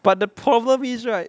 but the problem is right